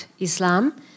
Islam